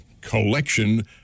collection